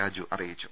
രാജു അറിയിച്ചു